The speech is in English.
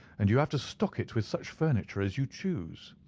and you have to stock it with such furniture as you choose.